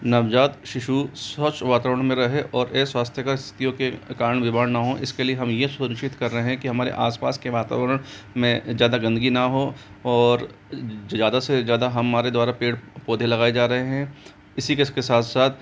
नवजात शिशु स्वच्छ वातावरण में रहे और ये स्वास्थ्य का स्थितियों के कारण विवाद ना हों इसके लिए हम यह सुनिश्चित कर रहे हैं कि हमारे आस पास के वातावरण में ज़्यादा गंदगी ना हो और ज़्यादा से ज़्यादा हमारे द्वारा पेड़ पौधे लगाए जा रहे हैं इसी के साथ साथ